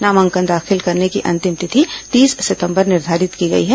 नामांकन दाखिल करने की अंतिम तिथि तीस सितंबर निर्घारित की गई है